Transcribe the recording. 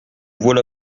voilà